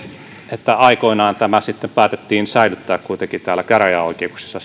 että aikoinaan tämä päätettiin säilyttää kuitenkin käräjäoikeuksissa